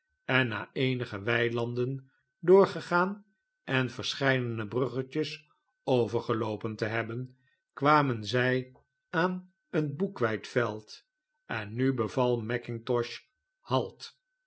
en na eenige weilanden doorgegaan en verscheidene bruggetjes overgeloopen te hebben kwamen zij aan een boekweitveld en nu beval mackintosh halt